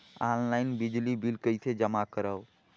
Online बिजली bill कइसे जमा करव?